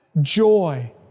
joy